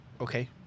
Okay